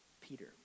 Peter